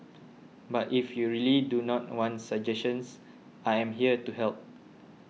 but if you really do not want suggestions I am here to help